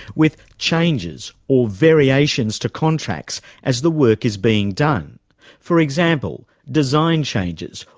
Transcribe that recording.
with changes or variations to contracts as the work is being done for example, design changes,